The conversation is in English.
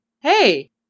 hey